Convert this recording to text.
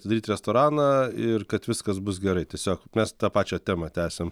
atidaryt restoraną ir kad viskas bus gerai tiesiog mes tą pačią temą tęsiam